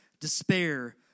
despair